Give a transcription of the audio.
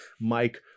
Mike